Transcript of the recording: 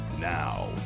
now